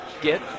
get